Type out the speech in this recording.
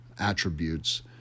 attributes